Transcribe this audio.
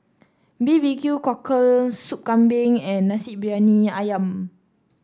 B B Q Cockle Sop Kambing and Nasi Briyani ayam